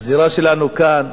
הזירה שלנו כאן.